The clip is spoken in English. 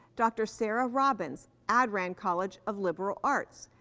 dr. sarah robbins, addran college of liberal arts,